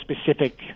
specific